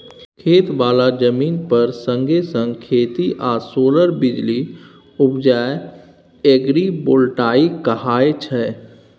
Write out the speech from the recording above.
खेत बला जमीन पर संगे संग खेती आ सोलर बिजली उपजाएब एग्रीबोल्टेइक कहाय छै